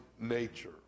nature